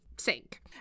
Sink